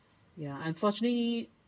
ya unfortunately